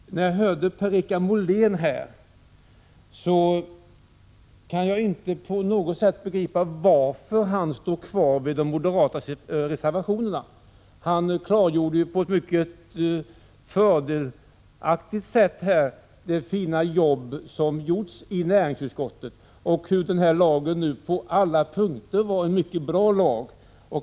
När jag hör Per-Richard Molén kan jag inte på något sätt begripa varför han står kvar vid de moderata reservationerna. Han klargjorde på ett mycket fördelaktigt sätt det fina jobb som gjorts i näringsutskottet och hur lagen på alla punkter var en bra lag.